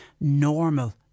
normal